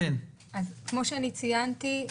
כפי שציינתי,